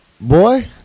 boy